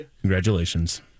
Congratulations